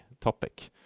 topic